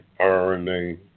RNA